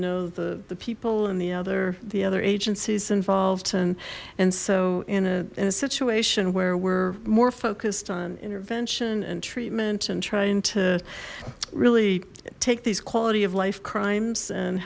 know the the people and the other the other agencies involved and and so in a situation where we're more focused on intervention and treatment and trying to really take these quality of life crimes and